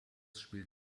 spielt